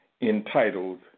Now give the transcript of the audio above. entitled